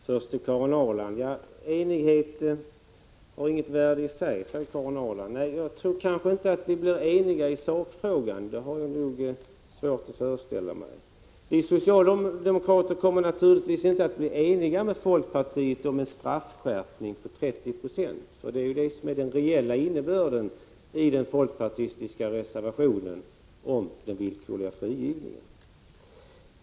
Herr talman! Karin Ahrland sade att enigheten inte har något värde i sig. 28 maj 1986 Jag tror inte att vi blir eniga i sakfrågan — det har jag svårt att föreställa mig. Vi socialdemokrater kommer naturligtvis inte att bli eniga med folkpartiet om en straffskärpning på 30 26. Det är ju den reella innebörden i den folkpartistiska reservationen om villkorlig frigivning.